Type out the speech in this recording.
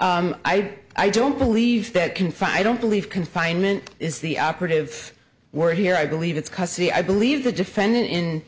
were i don't believe that confined don't believe confinement is the operative word here i believe it's because i believe the defendant in